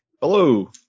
Hello